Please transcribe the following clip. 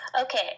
Okay